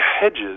hedges